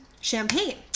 champagne